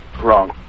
Wrong